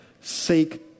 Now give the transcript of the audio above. Seek